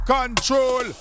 Control